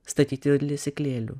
statyti ir lesyklėlių